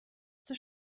zur